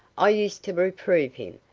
i used to reprove him,